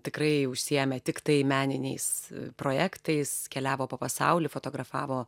tikrai užsiėmė tiktai meniniais projektais keliavo po pasaulį fotografavo